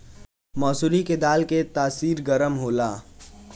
मसूरी के दाल के तासीर गरम होला